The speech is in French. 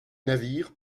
navires